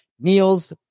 Niels